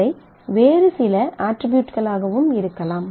இவை வேறு சில அட்ரிபியூட்களாகவும் இருக்கலாம்